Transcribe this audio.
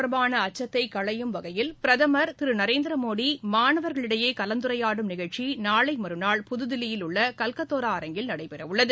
தொடர்பானஅச்சத்தைக் களையும் வகையில் பிரதமர் திருநரேந்திரமோடி தேர்வு மாணவர்களிடையேகலந்துரையாடும் நிகழ்ச்சி நாளைமறுநாள் புதுதில்லியில் உள்ளகல்கத்தோரா அரங்கில் நடைபெறவுள்ளது